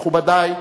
מכובדי,